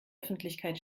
öffentlichkeit